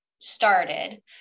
started